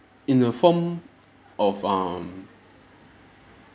in a form of um